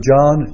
John